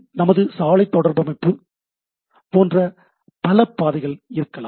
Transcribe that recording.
நமது சாலைத் தொடரமைப்பு போன்ற பல பாதைகள் இருக்கலாம்